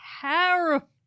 terrible